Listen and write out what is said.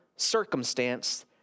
circumstance